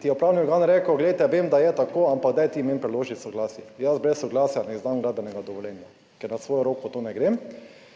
ti je upravni organ rekel, glejte, vem, da je tako, ampak daj ti meni priloži soglasje, jaz brez soglasja ne izdam gradbenega dovoljenja, ker na svojo roko v to ne grem.